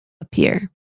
appear